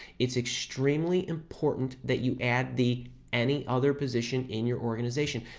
it's extremely important that you add the any other position in your organization.